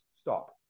stop